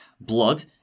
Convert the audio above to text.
Blood